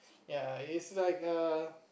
ya is like a